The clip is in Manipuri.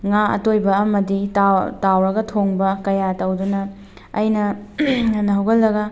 ꯉꯥ ꯑꯇꯣꯏꯕ ꯑꯃꯗꯤ ꯇꯥꯎ ꯇꯥꯎꯔꯒ ꯊꯣꯡꯕ ꯀꯌꯥ ꯇꯧꯗꯨꯅ ꯑꯩꯅ ꯉꯟꯅ ꯍꯧꯒꯠꯂꯒ